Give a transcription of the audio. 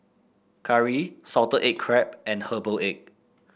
curry Salted Egg Crab and Herbal Egg